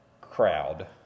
crowd